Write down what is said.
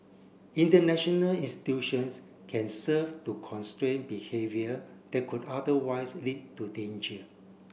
international institutions can serve to constrain behaviour that could otherwise lead to danger